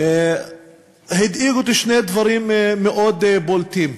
הדאיגו אותי שני דברים מאוד בולטים.